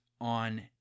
on